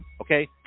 Okay